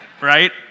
Right